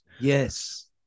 Yes